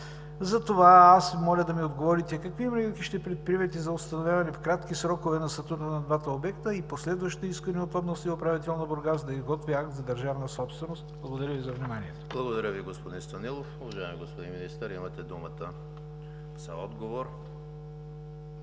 Затова аз моля да ми отговорите: Какви мерки ще предприемете за установяване в кратки срокове на статута на двата обекта и последващо искане от областния управител на Бургас да изготви акт за държавна собственост? Благодаря Ви за вниманието. ПРЕДСЕДАТЕЛ ЕМИЛ ХРИСТОВ: Благодаря Ви, господин Станилов. Уважаеми господин Министър, имате думата за отговор.